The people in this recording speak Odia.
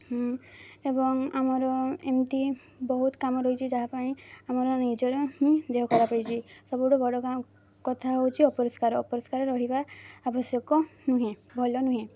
ଏବଂ ଆମର ଏମିତି ବହୁତ କାମ ରହିଛି ଯାହା ପାଇଁ ଆମର ନିଜର ହିଁ ଦେହ ଖରାପ ହେଇଛି ସବୁଠୁ ବଡ଼ କଥା ହେଉଛି ଅପରିଷ୍କାର ଅପରିଷ୍କାର ରହିବା ଆବଶ୍ୟକ ନୁହେଁ ଭଲ ନୁହେଁ